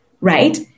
right